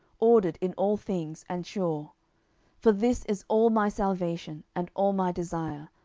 ordered in all things, and sure for this is all my salvation, and all my desire,